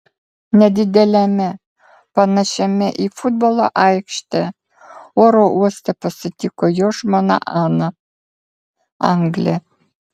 nedideliame panašiame į futbolo aikštę oro uoste pasitiko jo žmona ana anglė